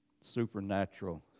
Supernatural